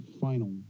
final